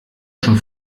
schon